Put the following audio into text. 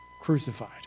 crucified